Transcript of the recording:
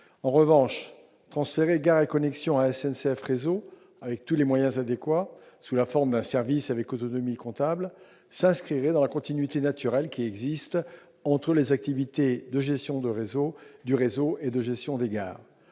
En revanche, transférer Gares & Connexions à SNCF Réseau, avec tous les moyens adéquats, sous la forme d'un service doté d'autonomie comptable, s'inscrirait dans la continuité naturelle qui existe entre les activités de gestion du réseau et de gestion des gares.